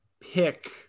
pick